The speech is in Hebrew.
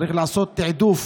צריך לעשות תיעדוף